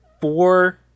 Four